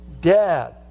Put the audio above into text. dad